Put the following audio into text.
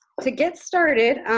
to get started,